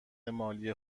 مالی